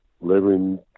living